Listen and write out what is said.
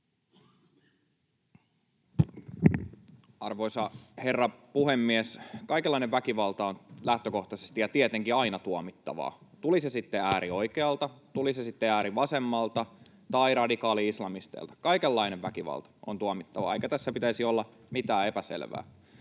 Arvoisa herra puhemies! Kaikenlainen väkivalta on lähtökohtaisesti ja tietenkin aina tuomittavaa, tuli se sitten äärioikealta, tuli se sitten äärivasemmalta tai radikaali-islamisteilta. Kaikenlainen väkivalta on tuomittavaa, eikä tässä pitäisi olla mitään epäselvää.